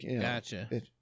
Gotcha